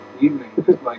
evening